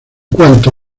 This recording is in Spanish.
cuanto